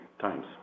times